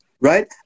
right